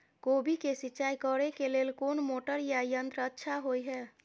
कोबी के सिंचाई करे के लेल कोन मोटर या यंत्र अच्छा होय है?